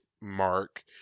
mark